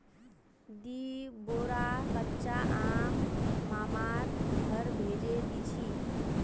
दी बोरा कच्चा आम मामार घर भेजे दीछि